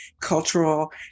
cultural